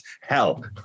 hell